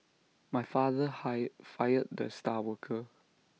my father hire fired the star worker